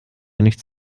nichts